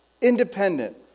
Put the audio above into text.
independent